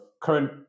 current